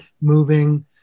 moving